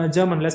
German